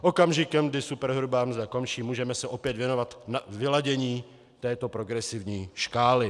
Okamžikem, kdy superhrubá mzda končí, můžeme se opět věnovat vyladění této progresivní škály.